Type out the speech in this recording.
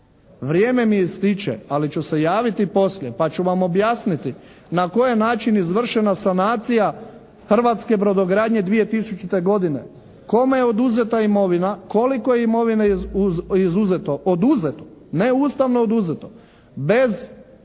Vrijeme mi ističe, ali ću se javiti poslije pa ću vam objasniti na koji je način izvršena sanacija hrvatske brodogradnje 2000. godine? Kome je oduzeta imovina? Koliko imovine je izuzeto, oduzeto? Ne ustavno oduzeto, bez prave